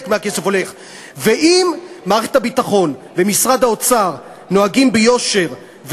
ואם מערכת הביטחון ומשרד האוצר נוהגים ביושר,